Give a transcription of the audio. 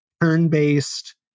turn-based